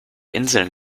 inseln